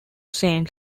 saint